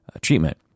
treatment